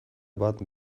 bat